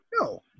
no